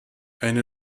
eine